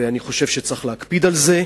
ואני חושב שצריך להקפיד על זה,